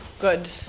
Good